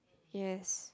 yes